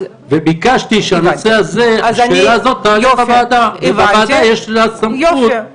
וביקשתי שהשאלה הזאת תעלה בוועדה ואם לוועדה יש סמכות לפצל.